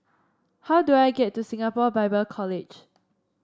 how do I get to Singapore Bible College